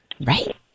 right